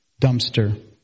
dumpster